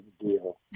deal